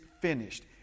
finished